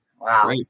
Wow